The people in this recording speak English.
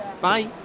Bye